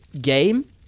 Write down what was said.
game